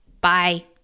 bye